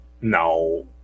No